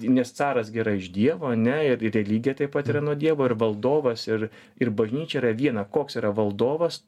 nes caras gi yra iš dievo ane ir religija taip pat yra nuo dievo ir valdovas ir ir bažnyčia yra viena koks yra valdovas